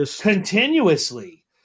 continuously